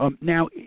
Now